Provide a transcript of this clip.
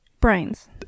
Brains